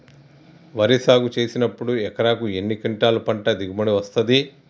వరి సాగు చేసినప్పుడు ఎకరాకు ఎన్ని క్వింటాలు పంట దిగుబడి వస్తది?